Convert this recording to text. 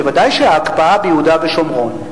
ודאי שההקפאה ביהודה ושומרון,